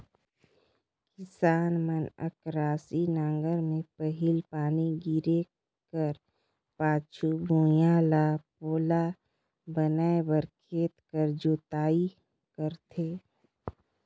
किसान मन अकरासी नांगर मे पहिल पानी गिरे कर पाछू भुईया ल पोला बनाए बर खेत कर जोताई करथे